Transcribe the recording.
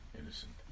innocent